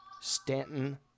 Stanton